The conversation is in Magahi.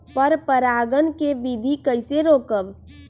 पर परागण केबिधी कईसे रोकब?